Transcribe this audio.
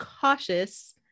cautious